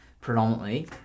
predominantly